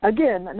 Again